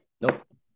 Nope